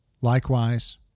Likewise